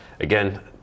Again